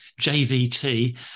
jvt